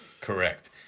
Correct